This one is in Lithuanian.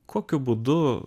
kokiu būdu